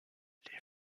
les